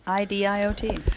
IDIOT